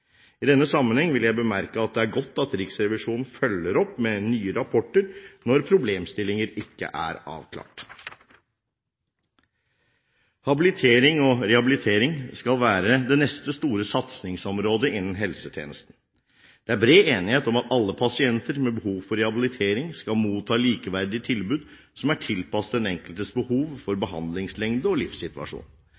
I denne sammenheng vil jeg bemerke at det er godt at Riksrevisjonen følger opp med nye rapporter når problemstillinger ikke er avklart. Habilitering og rehabilitering skal være det neste store satsingsområdet i helsetjenesten. Det er bred enighet om at alle pasienter med behov for rehabilitering skal motta likeverdige tilbud, som er tilpasset den enkeltes behov for